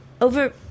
over